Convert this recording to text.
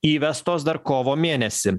įvestos dar kovo mėnesį